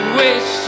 wish